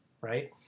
right